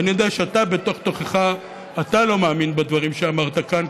ואני יודע שאתה בתוך תוכך לא מאמין בדברים שאמרת כאן,